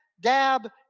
dab